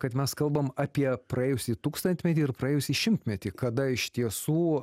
kad mes kalbam apie praėjusį tūkstantmetį ir praėjusį šimtmetį kada iš tiesų